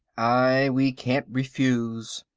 ay, we can't refuse.